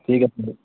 ঠিক আছে দিয়ক